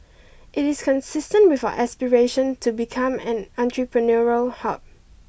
it is consistent with our aspiration to become an entrepreneurial hub